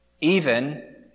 Even